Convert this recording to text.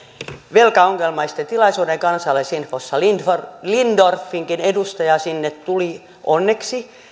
velkaongelmaisten tilaisuuden kansalaisinfossa lindorffinkin edustaja sinne tuli onneksi